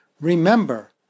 Remember